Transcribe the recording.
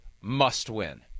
must-win